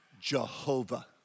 Jehovah